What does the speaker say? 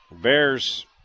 Bears